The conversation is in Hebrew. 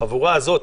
החבורה הזאת,